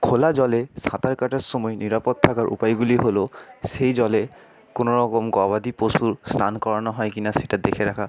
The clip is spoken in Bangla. খোলা জলে সাঁতার কাটার সময় নিরাপদ থাকার উপায়গুলি হলো সেই জলে কোনো রকম গবাদি পশুর স্নান করানো হয় কি না সেটা দেখে রাখা